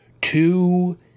Two